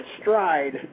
stride